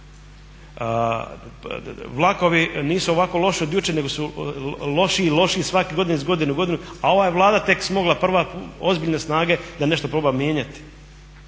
Vlakovi nisu ovako loši od jučer nego su lošiji i lošiji svake godine, iz godine u godinu, a ova je Vlada tek smogla prva ozbiljne snage da nešto proba mijenjati.